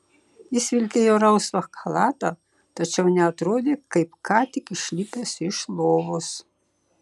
jis vilkėjo rausvą chalatą tačiau neatrodė kaip ką tik išlipęs iš lovos